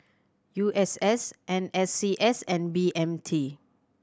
U S S N S C S and B M T